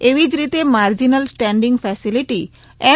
એવી જ રીતે માર્જિનલ સ્ટેન્ડીંગ ફેસીલીટી એમ